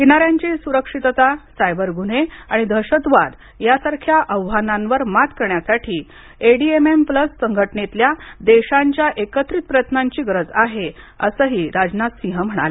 किनाऱ्यांची सुरक्षितता सायबर गुन्हे आणि दहशतवाद यासारख्या आव्हानांवर मात करण्यासाठी A D M M plus संघटनेतल्या देशांच्या एकत्रित प्रयत्नांची गरज आहे असं राजनाथ सिंग म्हणाले